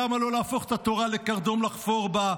למה לא להפוך את התורה לקרדום לחפור בו?